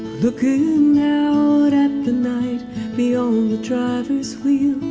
looking out at the night beyond the driver's wheel